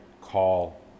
call